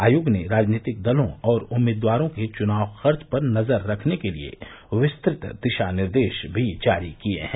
आयोग ने राज़नीतिक दलों और उम्मीदवारों के चुनाव खर्च पर नज़र रखने के लिए विस्तृत दिशा निर्देश भी जारी किये हैं